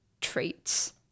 traits